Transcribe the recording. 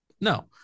No